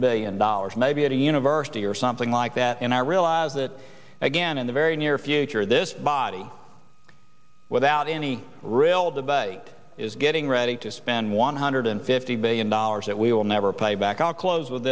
billion dollars maybe at a university or something like that and i realize that again in the very near future this body without any real debate is getting ready to spend one hundred fifty billion dollars that we will never pay back i'll close with